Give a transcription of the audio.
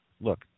Look